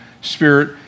spirit